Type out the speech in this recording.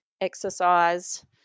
exercise